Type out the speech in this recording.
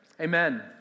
Amen